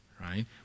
right